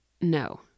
No